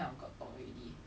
now we have twenty something